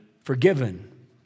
forgiven